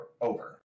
over